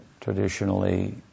traditionally